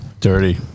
Dirty